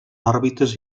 òrbites